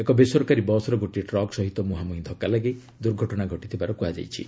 ଏକ ବେସେରକାରୀ ବସ୍ର ଗୋଟିଏ ଟ୍ରକ୍ ସହ ମୁହାଁମୁହିଁ ଧକ୍କା ଲାଗି ଦୁର୍ଘଟଣା ଘଟିଥିବାର କୁହାଯାଉଛି